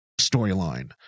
storyline